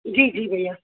जी जी भइया